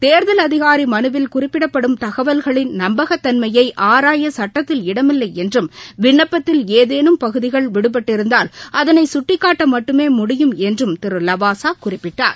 தேர்தல் அதிகாரிமனுவில் குறிப்பிடப்படும் தகவல்களின் நம்பகத்தன்மையைஆராயசட்டத்தில் இடமில்லைஎன்றும் விண்ணப்பத்தில் ஏதேனும் பகுதிகள் விடுபட்டிருந்தால் அதனைசுட்டிக்காட்டமட்டுமே முடியும் என்றும் திருலவாசாகுறிப்பிட்டார்